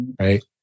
right